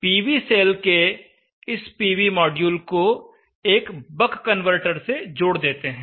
PV cell के इस PV module को एक बक कनवर्टर से जोड़ देते हैं